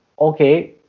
okay